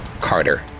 Carter